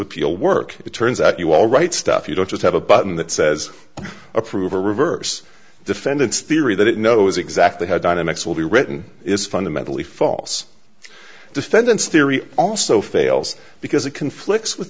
appeal work it turns out you all right stuff you don't just have a button that says approve or reverse defendants theory that it knows exactly how dynamics will be written is fundamentally false defendant's theory also fails because it conflicts with